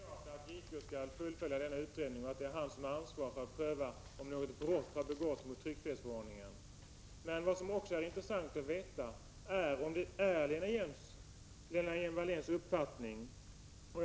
Herr talman! Det är helt klart att JK skall fullfölja denna utredning och att det är justitiekanslern som har ansvaret när det gäller att pröva om något brott mot tryckfrihetsförordningen har begåtts. Men det är också intressant att få veta vilken Lena Hjelm-Walléns uppfattning är.